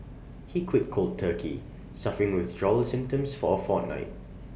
he quit cold turkey suffering withdrawal symptoms for A fortnight